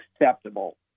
acceptable